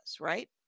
right